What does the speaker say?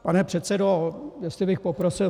Pane předsedo, jestli bych mohl poprosit.